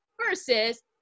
versus